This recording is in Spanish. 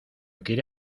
quiere